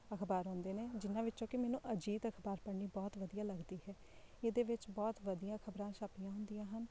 ਅਖਬਾਰ ਆਉਂਦੇ ਨੇ ਜਿਨ੍ਹਾਂ ਵਿੱਚੋਂ ਕਿ ਮੈਨੂੰ ਅਜੀਤ ਅਖਬਾਰ ਪੜ੍ਹਨੀ ਬਹੁਤ ਵਧੀਆ ਲੱਗਦੀ ਹੈ ਇਹਦੇ ਵਿੱਚ ਬਹੁਤ ਵਧੀਆ ਖਬਰਾਂ ਛਾਪੀਆਂ ਹੁੰਦੀਆਂ ਹਨ